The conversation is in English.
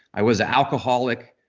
i was alcoholic.